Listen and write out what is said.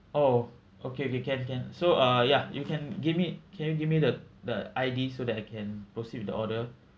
oh okay okay can can so uh ya you can give me can you give me the the I_D so that I can proceed with the order